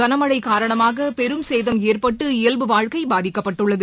கனமழகாரணமாகபெரும் சேதம் எற்பட்டு பெல்பு வாழ்க்கைபாதிக்கப்பட்டுள்ளது